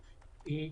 שנייה,